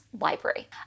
library